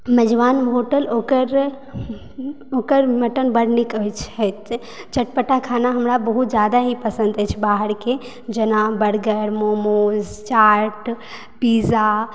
मेजबान होटल ओकर ओकर मटन बड्ड नीक होयत ॰ छै चटपटा खाना हमरा बहुत जादा ही पसन्द अछि बाहरके जेना बर्गर मोमोज चाट पिज्जा